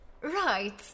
Right